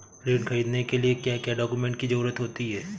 ऋण ख़रीदने के लिए क्या क्या डॉक्यूमेंट की ज़रुरत होती है?